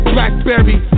Blackberry